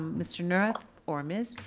mr. neurath or ms.